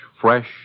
fresh